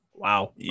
Wow